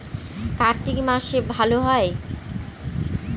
কার্তিক মাসে ভালো হয়?